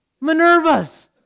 minervas